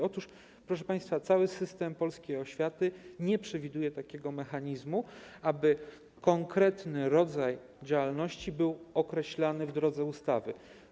Otóż, proszę państwa, cały system polskiej oświaty nie przewiduje takiego mechanizmu, aby konkretny rodzaj działalności był określany w drodze ustawy.